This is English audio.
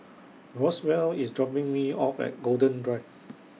Roswell IS dropping Me off At Golden Drive